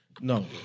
No